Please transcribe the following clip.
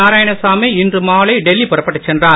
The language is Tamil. நாராயணசாமி இன்று மாலை டெல்லி புறப்பட்டுச் சென்றார்